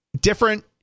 different